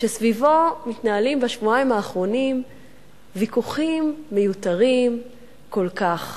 שסביבו מתנהלים בשבועיים האחרונים ויכוחים מיותרים כל כך.